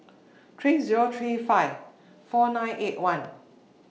three Zero three five four nine eight one